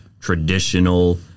traditional